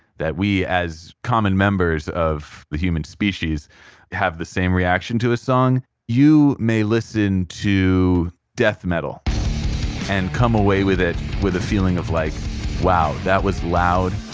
that we as common members of the human species have the same reaction to a song you may listen to death metal and come away with it with a feeling of, like wow, that was loud.